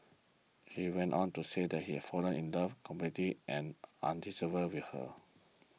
he went on to say that he fallen in love completely and with her